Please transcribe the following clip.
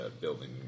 building